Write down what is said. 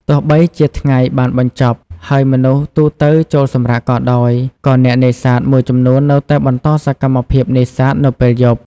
ទោះបីជាថ្ងៃបានបញ្ចប់ ហើយមនុស្សទូទៅចូលសម្រាកក៏ដោយ ក៏អ្នកនេសាទមួយចំនួននៅតែបន្តសកម្មភាពនេសាទនៅពេលយប់។